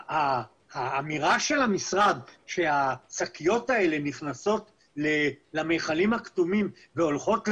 האמירה של המשרד שהשקיות האלה נכנסות למכלים הכתומים והולכות למחזור,